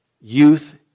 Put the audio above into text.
youth